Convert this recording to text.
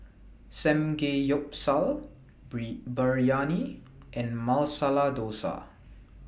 Samgeyopsal Biryani and Masala Dosa